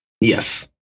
Yes